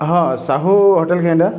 ହଁ ସାହୁ ହୋଟେଲ୍ଟା